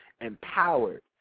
empowered